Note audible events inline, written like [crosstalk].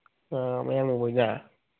ꯑꯥ ꯃꯌꯥꯡ [unintelligible]